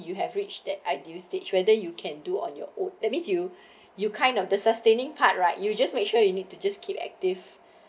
you have reached that ideal stage whether you can do on your own that means you you kind of the sustaining part right you just make sure you need to just keep active